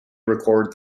record